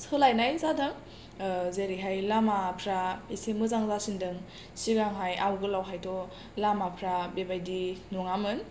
सोलायनाय जादों जेरैहाय लामाफ्रा एसे मोजां जासिनदों सिगांहाय आगोलावहायथ' लामाफ्रा बेबायदि नङामोन